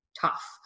tough